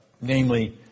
namely